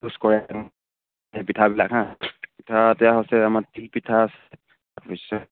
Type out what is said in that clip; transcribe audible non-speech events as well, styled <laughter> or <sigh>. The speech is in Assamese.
<unintelligible> কৰে পিঠাবিলাক হা পিঠা এতিয়া হৈছে আমাৰ তিল পিঠা আছে তাৰপিছত